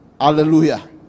hallelujah